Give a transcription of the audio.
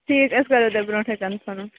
ٹھیٖک أسۍ کَرو تیٚلہِ برٛونٛٹھٕے کَنفٲرٕم